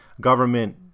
government